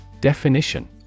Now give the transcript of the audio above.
Definition